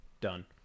done